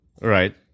Right